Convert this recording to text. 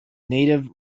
native